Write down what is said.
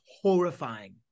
horrifying